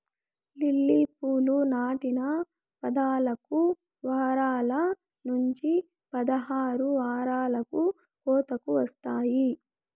lily పూలు నాటిన పద్నాలుకు వారాల నుంచి పదహారు వారాలకు కోతకు వస్తాయి